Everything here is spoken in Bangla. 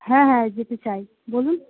হ্যাঁ হ্যাঁ যেতে চাই বলুন